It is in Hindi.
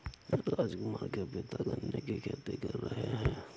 राजकुमार के पिता गन्ने की खेती कर रहे हैं